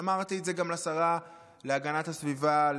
אמרתי את זה גם לשרה להגנת הסביבה,